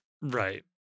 Right